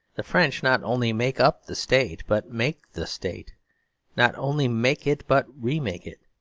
the french not only make up the state, but make the state not only make it, but remake it.